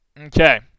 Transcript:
Okay